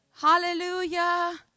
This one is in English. Hallelujah